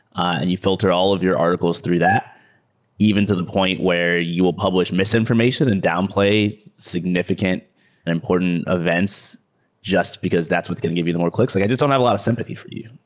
and you filter all of your articles through that even to the point where you will publish misinformation and downplay significant and important events just because that's what's going to give you the more clicks. i yeah just don't have a lot of sympathy for you.